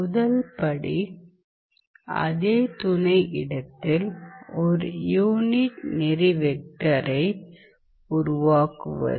முதல் படி அதே துணை இடத்தில் ஒரு யூனிட் நெறி வெக்டரை உருவாக்குவது